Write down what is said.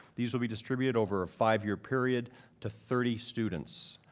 these will be distributed over a five year period to thirty students.